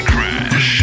Crash